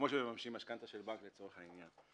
שממשכנים משכנתא של בנק, לצורך העניין.